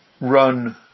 run